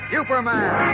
Superman